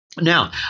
Now